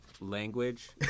language